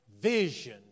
vision